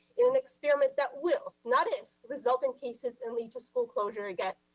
in an experiment that will, not if, result in cases and lead to school closure again.